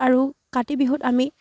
আৰু কাতি বিহুত আমি